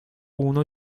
uno